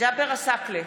ג'אבר עסאקלה,